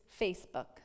Facebook